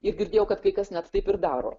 ir girdėjau kad kai kas net taip ir daro